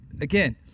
again